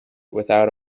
without